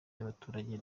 y’abaturage